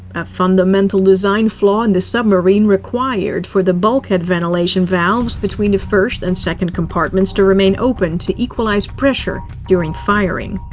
a fundamental design flaw in the submarine required for the bulkhead ventilation valves between the first and second compartments to remain open to equalize pressure during firing.